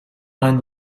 mind